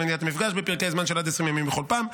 מניעת המפגש בפרקי זמן של עד 20 ימים בכל פעם,